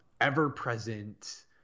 ever-present